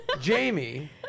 jamie